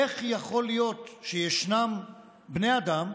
איך יכול להיות שישנם בני אדם,